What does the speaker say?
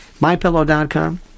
MyPillow.com